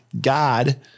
God